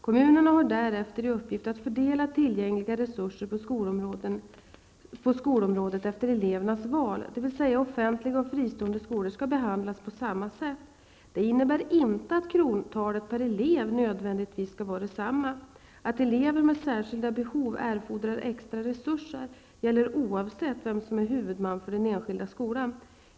Kommunerna har därefter i uppgift att fördela tillgängliga resurser på skolområdet efter elevernas val, dvs. att offentliga och fristående skolor skall behandlas på samma sätt. Det innebär inte att krontalet per elev nödvändigtvis skall vara detsamma. Att elever med särskilda behov erfordrar extra resurser gäller oavsett vem som är huvudman för den enskilda skolan.